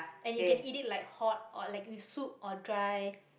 and you can eat it like hot or like with soup or dry